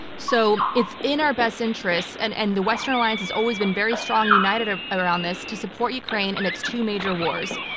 so it's in our best interests, and and the western alliance has always been very strongly united ah around this, to support ukraine in its two major wars.